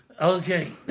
Okay